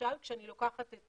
למשל כשאני לוקחת את